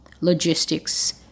logistics